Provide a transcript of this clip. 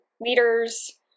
leaders